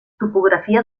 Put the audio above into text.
topografia